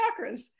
chakras